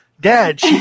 Dad